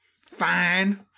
Fine